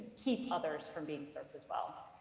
keep others from being served as well.